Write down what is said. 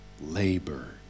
labor